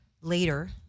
later